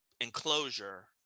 enclosure